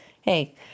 hey